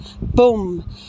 boom